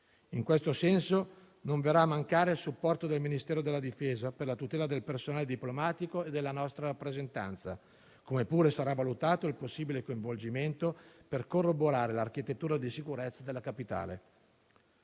In questo senso non verrà a mancare il supporto del Ministero della Difesa per la tutela del personale diplomatico e della nostra rappresentanza, come pure sarà valutato il possibile coinvolgimento per corroborare l'architettura di sicurezza della capitale.